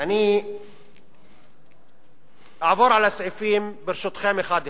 אני אעבור על הסעיפים, ברשותכם, אחד-אחד,